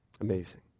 Amazing